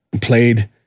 played